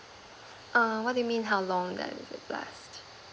err what do you mean how long does it last